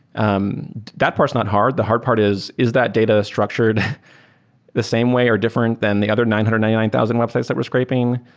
um that part is not hard. the hard part is, is that data structured the same way or different than the other nine hundred thousand websites that we're scraping?